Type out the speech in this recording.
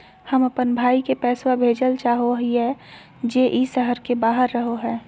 हम अप्पन भाई के पैसवा भेजल चाहो हिअइ जे ई शहर के बाहर रहो है